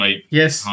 Yes